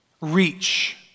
reach